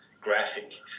graphic